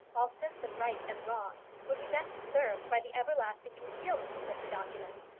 all sense of right and wrong, would be best served by the everlasting concealment of such a document.